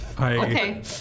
Okay